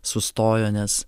sustojo nes